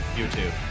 youtube